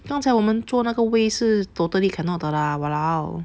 刚才我们做那个 way 是 totally cannot 的 lah !walao!